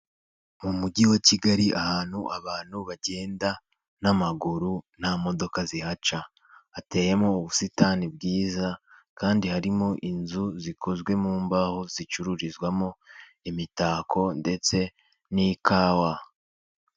Mu Mujyi wa Kigali, ahantu abantu bagenda n’amaguru, nta modoka zihaca, hateyemo ubusitani bwiza, kandi harimo inzu zikozwe mu mbaho zicururizwamo imitako ndetse n’ikawa.